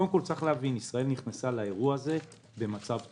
קודם כול צריך להבין שישראל נכנסה לאירוע הזה במצב טוב.